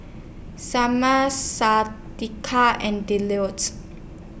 Samir Shadeka and